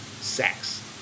sex